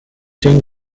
thing